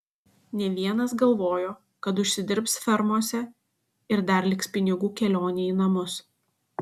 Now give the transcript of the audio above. ne vienas galvojo kad užsidirbs fermose ir dar liks pinigų kelionei į namus